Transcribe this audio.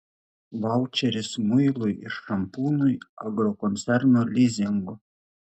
vaučeris muilui ir šampūnui agrokoncerno lizingu